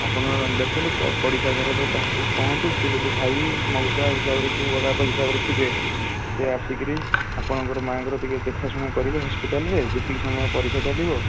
ଆପଣ ଦେଖନ୍ତୁ ପଡ଼ିଶା ଘରର କାହାକୁ କୁହନ୍ତୁ କିଏ ଯଦି ଭାଇ ମଉସା ହିସାବରେ କି ବଡ଼ବାପା ହିସାବରେ ଥିବେ ସିଏ ଆସିକରି ଆପଣଙ୍କର ମାଆଙ୍କର ଟିକେ ଦେଖାଶୁଣା କରିବେ ହସ୍ପିଟାଲରେ ଯେତିକି ସମୟ ପରୀକ୍ଷା ଚାଲିବ